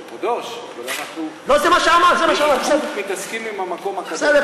זה קדוש, אבל אנחנו, מתעסקים עם המקום הקדוש.